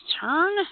turn